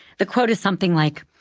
the quote is something like,